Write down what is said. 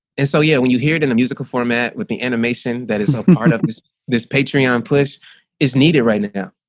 and so yeah, when you hear it in a musical format with the animation that is a part of this this patreon push is needed right and now.